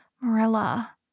Marilla